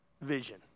vision